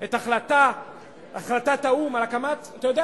את החלטת האו"ם על הקמת אתה יודע?